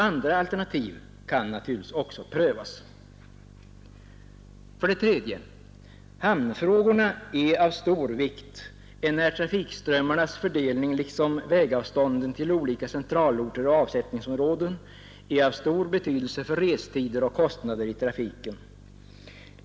Andra alternativ kan naturligtvis också prövas. 3. Hamnfrågorna är av stor vikt enär trafikströmmarnas fördelning liksom vägavstånden till olika centralorter och avsättningsområden har stor betydelse för restider och kostnader i trafiken.